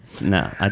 No